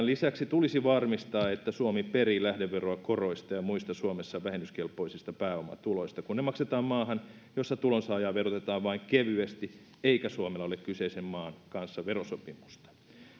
lisäksi tulisi varmistaa että suomi perii lähdeveroa koroista ja ja muista suomessa vähennyskelpoisista pääomatuloista kun ne maksetaan maahan jossa tulonsaajaa verotetaan vain kevyesti eikä suomella ole kyseisen maan kanssa verosopimusta